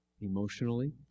emotionally